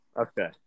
Okay